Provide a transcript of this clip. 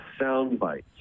Soundbites